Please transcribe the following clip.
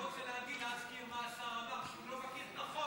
להגיד, להזכיר, מה השר אמר, שהוא לא מכיר את החוק